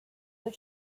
were